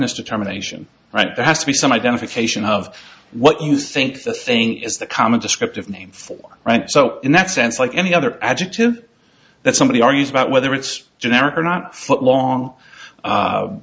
mr terminations right there has to be some identification of what you think the thing is the common descriptive name for right so in that sense like any other adjective that somebody or used about whether it's generic or not